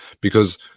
because-